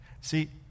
See